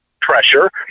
pressure